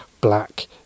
black